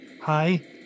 Hi